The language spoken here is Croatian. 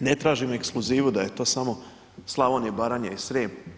ne tražim ekskluzivu da je to samo Slavonija, Baranja i Srijem.